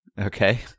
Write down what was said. Okay